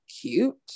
cute